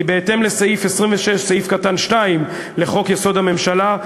כי בהתאם לסעיף 26(2) לחוק-יסוד: הממשלה,